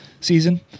season